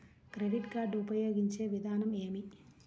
Credit card ఉపయోగించే విధానం ఏమి?